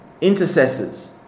Intercessors